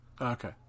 okay